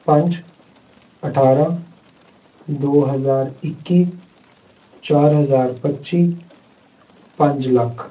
ਪੰਜ ਅਠਾਰਾਂ ਦੋ ਹਜ਼ਾਰ ਇੱਕੀ ਚਾਰ ਹਜ਼ਾਰ ਪੱਚੀ ਪੰਜ ਲੱਖ